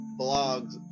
blogs